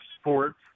sports